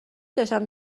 داشتم